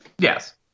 Yes